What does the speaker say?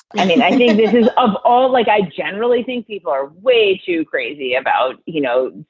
i mean, i think this is of all like i generally think people are way too crazy about, you know,